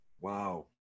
Wow